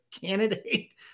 candidate